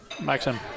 Maxim